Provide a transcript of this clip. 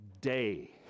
day